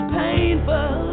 painful